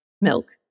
milk